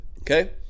Okay